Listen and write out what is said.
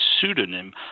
pseudonym